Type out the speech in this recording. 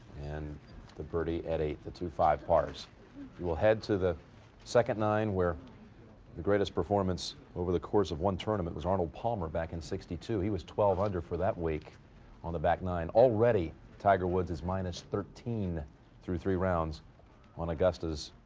and the birdie at eight the two five pars will head to the second nine. where the greatest performance over the course of one tournament was arnold palmer back in sixty-two. he was twelve under for that week on the back nine. already tiger woods is minus thirteen through three rounds on augusta's,